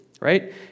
right